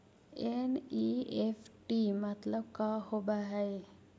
NEFT मतलब का होब हई?